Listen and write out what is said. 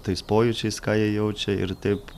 tais pojūčiais ką jie jaučia ir taip